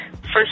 first